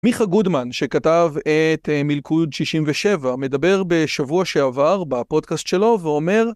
מיכה גודמן, שכתב את מלכוד 67, מדבר בשבוע שעבר בפודקאסט שלו ואומר